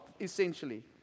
essentially